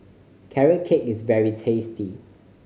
Carrot Cake is very tasty